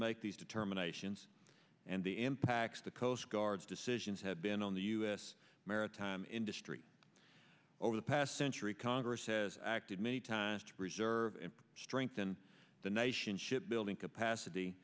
make these determinations and the impacts the coastguards decisions have been on the u s maritime industry over the past century congress has acted many times to preserve and strengthen the nation's shipbuilding capacity